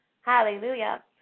Hallelujah